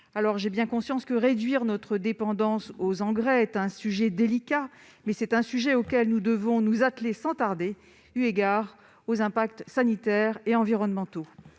J'ai bien conscience que réduire notre dépendance aux engrais est un sujet délicat, mais c'est un sujet auquel nous devons nous atteler sans tarder, eu égard aux impacts sanitaires et environnementaux